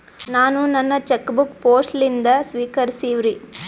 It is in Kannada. ನಾನು ನನ್ನ ಚೆಕ್ ಬುಕ್ ಪೋಸ್ಟ್ ಲಿಂದ ಸ್ವೀಕರಿಸಿವ್ರಿ